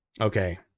Okay